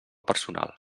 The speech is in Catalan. personal